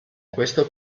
questo